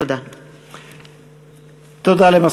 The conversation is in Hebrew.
דוד רותם,